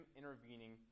intervening